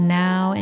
now